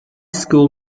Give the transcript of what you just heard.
school